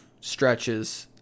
stretches